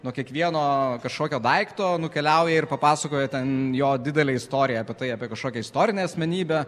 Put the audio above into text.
nuo kiekvieno kažkokio daikto nukeliauja ir papasakoja ten jo didelę istoriją apie tai apie kažkokią istorinę asmenybę